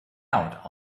out